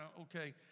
okay